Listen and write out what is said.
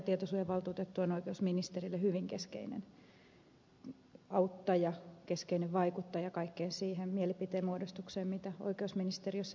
tietosuojavaltuutettu on oikeusministerille hyvin keskeinen auttaja keskeinen vaikuttaja kaikkeen siihen mielipiteen muodostukseen mitä oikeusministeriössä ylipäätänsä tehdään